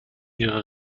ihre